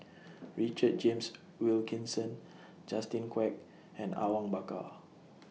Richard James Wilkinson Justin Quek and Awang Bakar